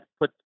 put